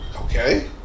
Okay